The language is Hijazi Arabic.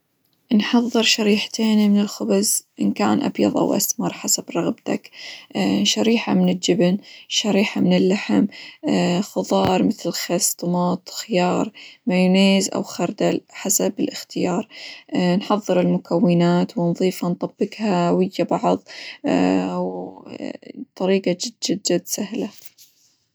انحظر شريحتين من الخبز إن كان أبيظ، أو أسمر حسب رغبتك، شريحة من الجبن، شريحة من اللحم، خظار مثل: خس، طماط، خيار، مايونيز، أو خردل حسب الإختيار، نحظر المكونات، ونظيفها، نطبقها ويا بعظ، و طريقة جد جد سهلة.